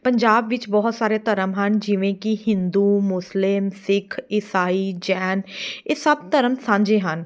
ਪੰਜਾਬ ਵਿੱਚ ਬਹੁਤ ਸਾਰੇ ਧਰਮ ਹਨ ਜਿਵੇਂ ਕਿ ਹਿੰਦੂ ਮੁਸਲਿਮ ਸਿੱਖ ਈਸਾਈ ਜੈਨ ਇਹ ਸਭ ਧਰਮ ਸਾਂਝੇ ਹਨ